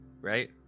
Right